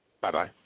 Bye-bye